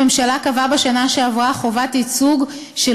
הממשלה קבעה בשנה שעברה חובת ייצוג של